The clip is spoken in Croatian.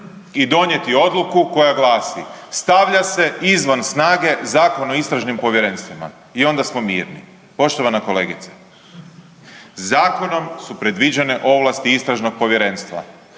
i donijeti odluku koja glasi: „Stavlja se izvan snage Zakon o istražnim povjerenstvima“ i onda smo mirni. Poštovana kolegice, zakonom su predviđene ovlasti istražnog povjerenstva.